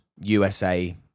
USA